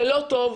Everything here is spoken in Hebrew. זה לא טוב,